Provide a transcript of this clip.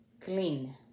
clean